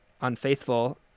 unfaithful